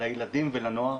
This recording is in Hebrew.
לילדים ולנוער,